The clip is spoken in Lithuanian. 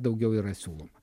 daugiau yra siūloma